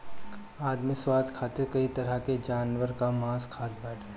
आदमी स्वाद खातिर कई तरह के जानवर कअ मांस खात बाटे